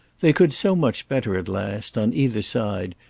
they could so much better at last, on either side,